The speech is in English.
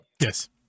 Yes